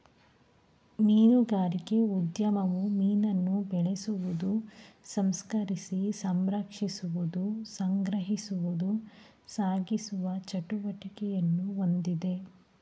ಮೀನುಗಾರಿಕೆ ಉದ್ಯಮವು ಮೀನನ್ನು ಬೆಳೆಸುವುದು ಸಂಸ್ಕರಿಸಿ ಸಂರಕ್ಷಿಸುವುದು ಸಂಗ್ರಹಿಸುವುದು ಸಾಗಿಸುವ ಚಟುವಟಿಕೆಯನ್ನು ಹೊಂದಿದೆ